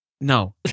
no